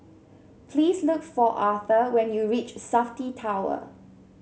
please look for Authur when you reach Safti Tower